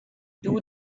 two